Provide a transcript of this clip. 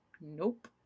Nope